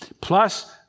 Plus